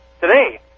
today